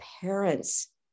parents